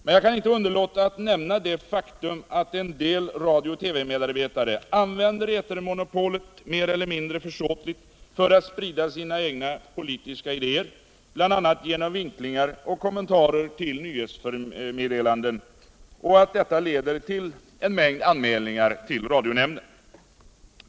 Men jag kan inte underlåta att nämna der faktum att en del radio och TV-medarbetare använder etermonopolet mer eller mindre försåtligt för att sprida sina egna politiska Radions och televisionens fortsatta idéer — bl.a. genom vinklingar och kommentarer till nyhetsmeddelanden — och att detta leder vill en mängd anmälningar ull radionämnden.